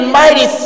mighty